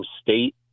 state